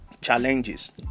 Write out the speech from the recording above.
challenges